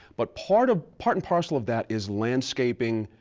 but part ah part and parcel of that is landscaping,